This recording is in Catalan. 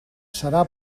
serà